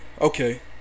Okay